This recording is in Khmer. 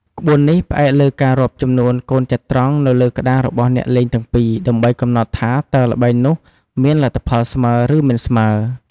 ក្បួននេះផ្អែកលើការរាប់ចំនួនកូនចត្រង្គនៅលើក្ដាររបស់អ្នកលេងទាំងពីរ ដើម្បីកំណត់ថា តើល្បែងនោះមានលទ្ធផលស្មើ ឬមិនស្មើ។